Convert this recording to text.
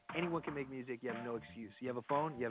anyone can make music, you have no excuse. you have a phone, you have